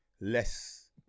less